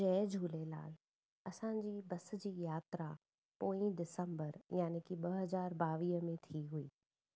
जय झूलेलाल असांजी बस जी यात्रा पोईं दिसंबर यानि की ॿ हज़ार ॿावीह में थी हुई